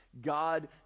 God